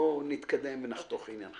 בואו נתקדם ונחתוך עניין.